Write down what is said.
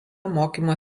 mokymo